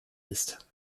ist